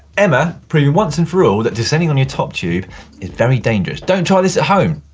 emma, proving once and for all that descending on your top tube is very dangerous. don't try this at home!